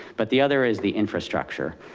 but the other is the infrastructure.